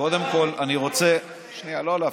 קודם כול, אני רוצה, שנייה, לא להפריע.